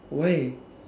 why